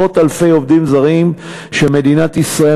עשרות אלפי עובדים זרים שמדינת ישראל,